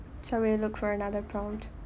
shall we look for another prompt